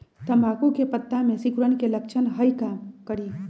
तम्बाकू के पत्ता में सिकुड़न के लक्षण हई का करी?